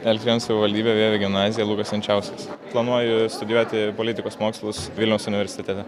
elektrėnų savivaldybė vievio gimnazija lukas jančiauskas planuoju studijuoti politikos mokslus vilniaus universitete